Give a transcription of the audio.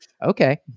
Okay